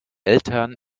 eltern